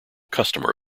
customer